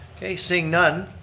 okay, seeing none,